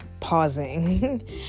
Pausing